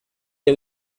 que